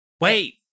Wait